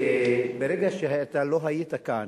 ברגע שאתה לא היית כאן,